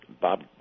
Bob